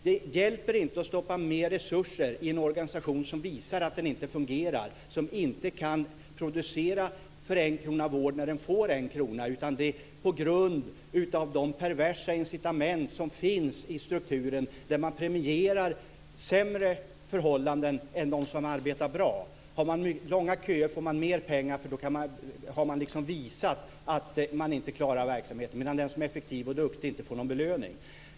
Det hjälper inte att stoppa mer resurser i en organisation som visar att den inte fungerar och som inte kan producera för en krona vård när den får en krona. På grund av de perversa incitament som finns i strukturen premierar man sämre förhållanden hellre än dem som arbetar bra. Har man långa köer får man mer pengar, för då har man visat att man inte klarar verksamheten. Den som är effektiv och duktig får däremot inte någon belöning.